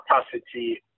capacity